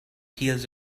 heels